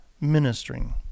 ministering